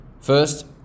first